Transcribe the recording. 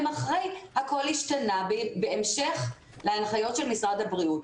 אחר כך הכול השתנה בהמשך להנחיות של משרד הבריאות.